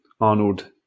Arnold